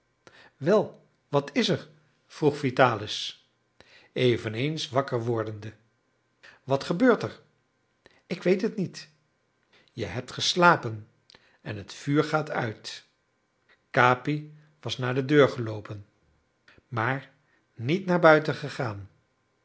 wel wat is er vroeg vitalis eveneens wakker wordende wat gebeurt er ik weet het niet je hebt geslapen en het vuur gaat uit capi was naar de deur geloopen maar niet naar buiten gegaan